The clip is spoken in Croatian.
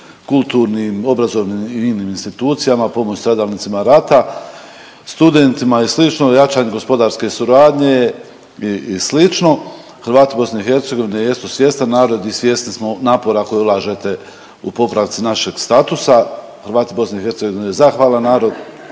kulturnim, obrazovnim i inim institucijama, pomoć stradalnicima rata, studentima i slično, jačanje gospodarske suradnje i slično Hrvati BiH jesu svjestan narod i svjesni smo napora koji ulažete u popravci našeg statusa. Hrvati BiH je zahvalan narod